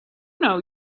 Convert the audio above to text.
know